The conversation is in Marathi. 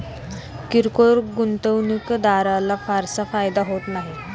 किरकोळ गुंतवणूकदाराला फारसा फायदा होत नाही